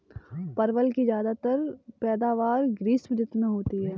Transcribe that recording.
परवल की ज्यादातर पैदावार ग्रीष्म ऋतु में होती है